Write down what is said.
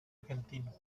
argentino